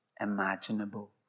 imaginable